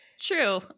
True